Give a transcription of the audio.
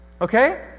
Okay